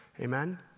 Amen